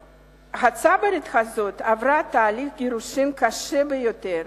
הצברית הזאת עברה תהליך גירושים קשה ביותר.